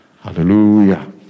Hallelujah